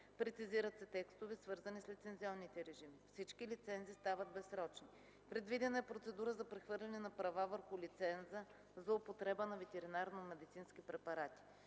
Прецизират се текстове, свързани с лицензионните режими. Всички лицензи стават безсрочни. Предвидена е процедура за прехвърляне на права върху лиценз за употреба на ветеринарномедицински препарати.